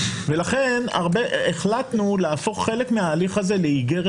ולכן החלטנו להפוך חלק מההליך הזה לאיגרת